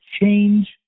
change